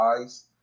eyes